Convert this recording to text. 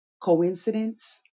Coincidence